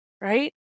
right